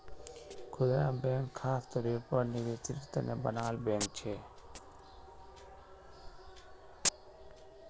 खुदरा बैंक ख़ास तौरेर पर निवेसेर तने बनाल बैंक छे